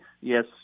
yes